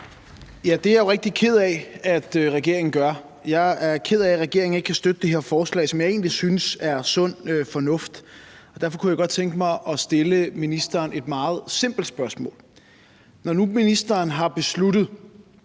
Det er jeg jo rigtig ked af at regeringen gør. Jeg er ked af, at regeringen ikke kan støtte det her forslag, som jeg egentlig synes er sund fornuft. Derfor kunne jeg godt tænke mig at stille ministeren et meget simpelt spørgsmål. Når nu ministeren har besluttet,